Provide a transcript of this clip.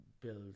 build